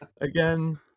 again